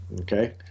Okay